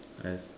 I have